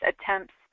attempts